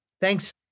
Thanks